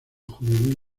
juvenil